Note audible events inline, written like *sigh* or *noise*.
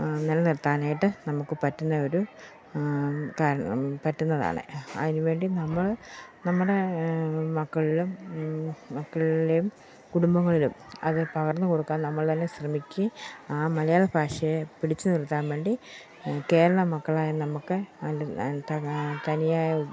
നിലനിർത്താനായിട്ട് നമുക്ക് പറ്റുന്നത് ഒരു പറ്റുന്നതാണ് അതിനുവേണ്ടി നമ്മൾ നമ്മുടെ മക്കളിലും മക്കളേയും കടുംബങ്ങളിലും അത് പകർന്നു കൊടുക്കാൻ നമ്മൾ തന്നെ ശ്രമിക്കുക ആ മലയാളഭാഷയെ പിടിച്ചു നിർത്താൻ വേണ്ടി കേരളമക്കളായ നമ്മൾക്ക് അതിൻ്റെ *unintelligible* തനിയെ